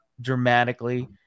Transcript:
dramatically